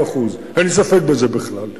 אין לי ספק בזה בכלל.